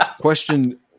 question